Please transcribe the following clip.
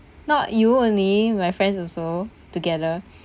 not you only my friends also together